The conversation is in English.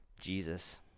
Jesus